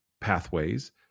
Pathways